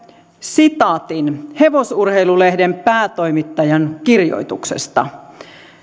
sitaatin hevosurheilu lehden päätoimittajan kirjoituksesta